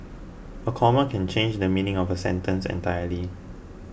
a comma can change the meaning of a sentence entirely